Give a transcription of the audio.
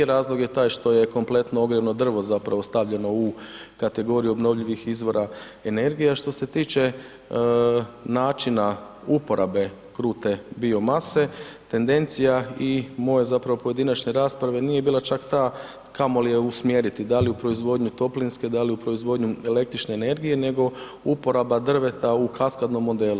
Razlog je taj što je kompletno ogrjevno drvo zapravo stavljeno u kategoriju obnovljivih izvora energije, a što se tiče načina uporabe krute biomase tendencija i moje zapravo pojedinačne raspre nije bila čak ta kamo li je usmjeriti, da li u proizvodnju toplinske, da li u proizvodnju električne energije nego uporaba drveta u kaskadnom modelu.